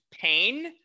pain